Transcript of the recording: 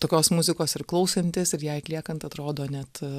tokios muzikos ir klausantis ir ją atliekant atrodo net